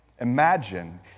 Imagine